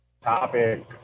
topic